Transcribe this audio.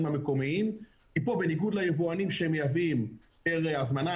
המקומיים כי פה בניגוד ליבואנים שמייבאים פר הזמנה,